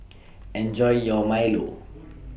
Enjoy your Milo